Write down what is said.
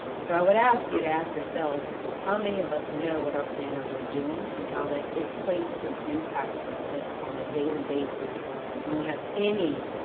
so i would ask you to ask yourselves, how many of us know what our planners are doing and how that equates and impacts us on a daily basis when we have any